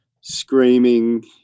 screaming